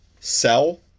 sell